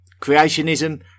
Creationism